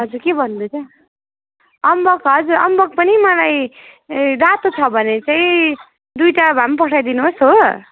हजुर के भन्नुहुँदैछ अम्बक हजुर अम्बक पनि मलाई ए रातो छ भने चाहिँ दुइटा भए पनि पठाइदिनुहोस् हो